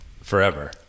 forever